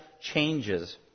changes